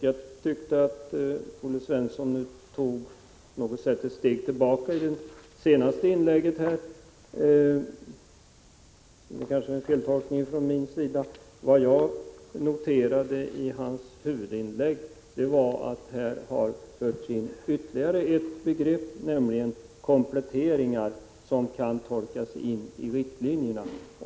Jag tyckte att Olle Svensson på något sätt tog ett steg tillbaka i sitt senaste inlägg, men det är kanske en feltolkning från min sida. Vad jag noterade i hans huvudinlägg var att här har införts ytterligare ett begrepp, nämligen kompletteringar, som kan tolkas in i riktlinjerna.